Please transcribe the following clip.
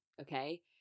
okay